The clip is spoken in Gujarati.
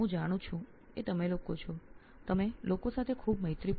હું જાણું છું અને મેં સાંભળ્યું છે આપ સૌ લોકો સાથે ખુબ મૈત્રીપૂર્ણ છો તેથી મારો આપને પ્રશ્ન છે